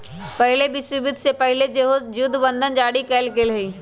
पहिल विश्वयुद्ध से पहिले सेहो जुद्ध बंधन जारी कयल गेल हइ